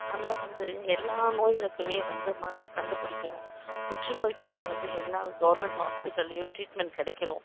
அதனால வந்து எல்லா நோய்களுக்குமே வந்து மருந்து கண்டுப்பிடிக்கணும் புற்றுநோயுக்குமே வந்து எல்லா கவுர்மெண்ட் ஹாஸ்பிடல்லேயும் ட்ரீட்மெண்ட் கிடைக்கணும்